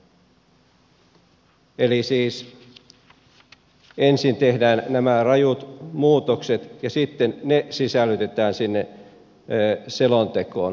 siis ensin tehdään nämä rajut muutokset ja sitten ne sisällytetään sinne selontekoon